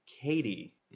Katie